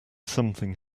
something